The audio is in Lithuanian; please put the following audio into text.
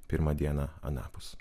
pirmą dieną anapus